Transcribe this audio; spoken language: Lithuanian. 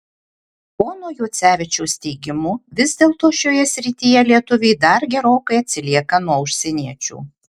pono juocevičiaus teigimu vis dėlto šioje srityje lietuviai dar gerokai atsilieka nuo užsieniečių